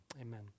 Amen